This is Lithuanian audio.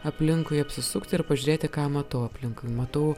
aplinkui apsisukti ir pažiūrėti ką matau aplinkui matau